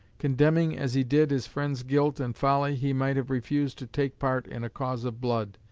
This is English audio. condemning, as he did, his friend's guilt and folly, he might have refused to take part in a cause of blood,